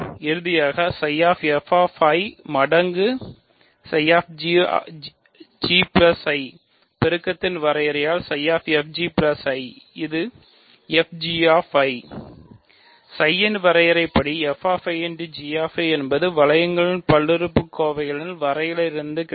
இது ψ என்பது வளையங்கள் பல்லுறுப்புக்கோவைகளின் வரையறையில் இருந்து கிடைக்கும்